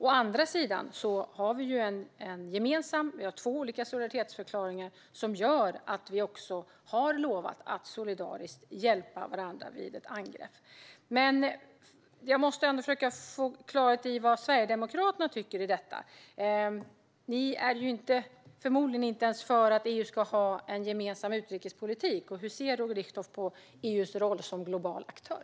Å andra sidan har vi två olika gemensamma solidaritetsförklaringar som innebär att vi lovar att solidariskt hjälpa varandra vid ett angrepp. Jag måste försöka få klarhet i vad Sverigedemokraterna tycker. Ni är förmodligen inte ens för att EU ska ha en gemensam utrikespolitik. Hur ser Roger Richtoff på EU:s roll som global aktör?